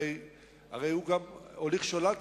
הרי הוא גם הוליך שולל,